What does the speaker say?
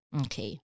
Okay